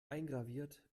eingraviert